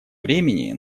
времени